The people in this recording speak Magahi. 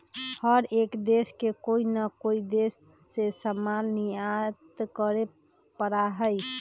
हर एक देश के कोई ना कोई देश से सामान निर्यात करे पड़ा हई